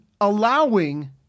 allowing